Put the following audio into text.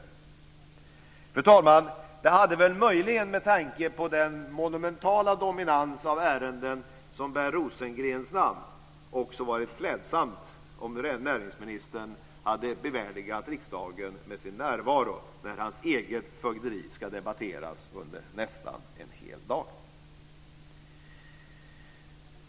Fru talman! Med tanke på den monumentala dominans av ärenden som bär Rosengrens namn hade det möjligen också varit klädsamt om näringsministern hade bevärdigat riksdagen med sin närvaro när hans eget fögderi ska debatteras under nästan en hel dag.